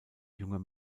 junger